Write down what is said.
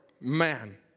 man